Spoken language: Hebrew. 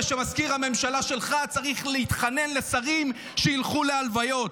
ושמזכיר הממשלה שלך צריך להתחנן לשרים שילכו להלוויות.